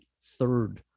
third